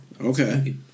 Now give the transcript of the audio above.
Okay